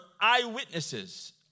eyewitnesses